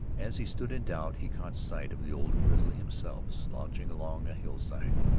as he stood in doubt, he caught sight of the old grizzly himself slouching along a hillside,